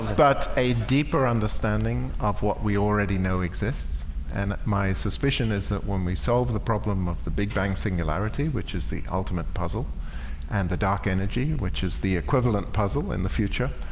but a deeper understanding of what we already know exists and my suspicion is that when we solve the problem of the big bang singularity, which is the ultimate puzzle and the dark energy which is the equivalent puzzle in the future,